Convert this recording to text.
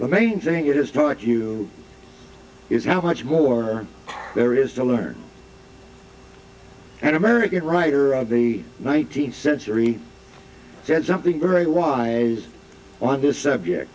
the main thing it has taught you is how much more there is to learn an american writer of the nineteenth century said something very wise on the subject